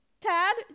Tad